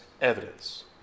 evidence